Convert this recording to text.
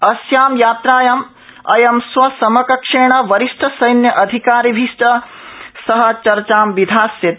अस्यां यात्रायाम् अयं स्वसमकक्षेण वरिष्ठ सैन्य अधिकारिभि च सह चर्चा विधास्यति